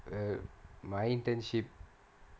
err my internship